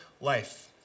life